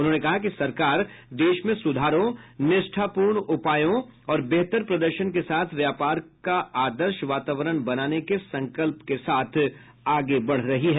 उन्होंने कहा कि सरकार देश में सुधारों निष्ठापूर्ण उपायों और बेहतर प्रदर्शन के साथ व्यापार का आदर्श वातावरण बनाने के संकल्प के साथ आगे बढ़ रही है